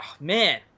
man